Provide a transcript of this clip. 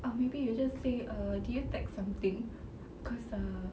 or maybe you just say err did you text something cause uh